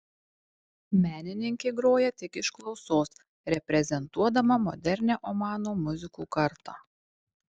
menininkė groja tik iš klausos reprezentuodama modernią omano muzikų kartą